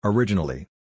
Originally